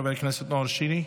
חבר הכנסת נאור שירי,